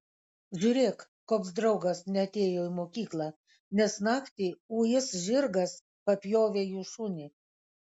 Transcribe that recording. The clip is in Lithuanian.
žiūrėk koks draugas neatėjo į mokyklą nes naktį uis žirgas papjovė jų šunį